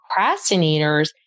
procrastinators